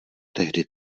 tehdy